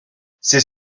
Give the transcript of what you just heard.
c’est